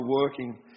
working